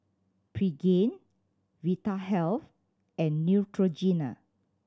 Pregain Vitahealth and Neutrogena